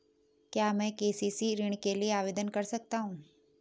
क्या मैं के.सी.सी ऋण के लिए आवेदन कर सकता हूँ?